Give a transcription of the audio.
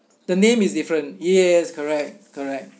the name is different yes correct correct